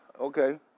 Okay